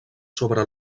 sobre